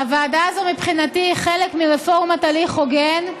הוועדה הזאת, מבחינתי, היא חלק מרפורמת הליך הוגן,